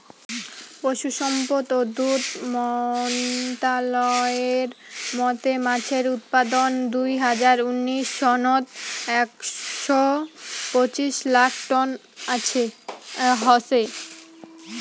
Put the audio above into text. পশুসম্পদ ও দুধ মন্ত্রালয়ের মতে মাছের উৎপাদন দুই হাজার উনিশ সনত একশ পঁচিশ লাখ টন হসে